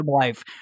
life